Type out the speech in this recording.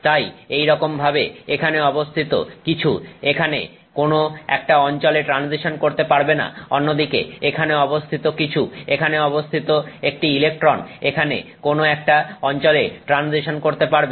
তাই একইরকম ভাবে এখানে অবস্থিত কিছু এখানে কোনো একটা অঞ্চলে ট্রানজিশন করতে পারবে না অন্যদিকে এখানে অবস্থিত কিছু এখানে অবস্থিত একটি ইলেকট্রন এখানে কোনো একটা অঞ্চলে ট্রানজিশন করতে পারবে